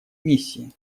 миссии